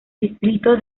distrito